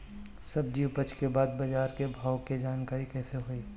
सब्जी उपज के बाद बाजार के भाव के जानकारी कैसे होई?